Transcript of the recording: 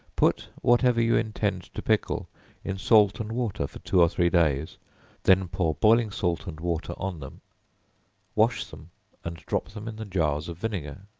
put whatever you intend to pickle in salt and water for two or three days then pour boiling salt and water on them wash them and drop them in the jars of vinegar.